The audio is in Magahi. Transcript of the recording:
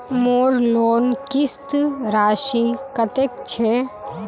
मोर लोन किस्त राशि कतेक छे?